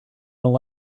don’t